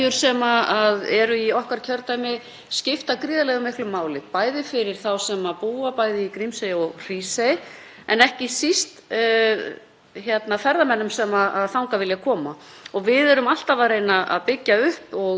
fyrir ferðamenn sem þangað vilja koma. Við erum alltaf að reyna að byggja upp og hjálpa til við að fjölga atvinnutækifærum. Grímsey hefur verið ein af þessum brothættu byggðum, eða bjartari byggðum, ef við eigum að orða það þannig,